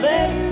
Let